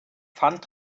pfand